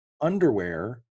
underwear